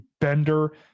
bender